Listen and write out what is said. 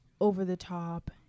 over-the-top